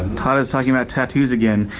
todd is talking about tattoos again.